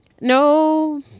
no